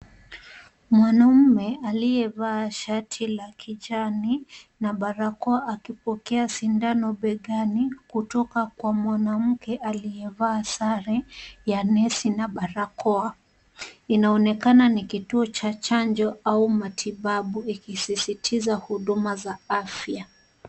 Mwanaume aliyevaa shati la kijani na barakoa akipokea sindano begani, kutoka kwa mwanamke aliyevaa sare ya nesi na barakoa. Inaonekana ni kituo cha chanjo au matibabu ikisisitiza huduma za afya.